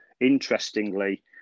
interestingly